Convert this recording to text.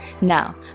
Now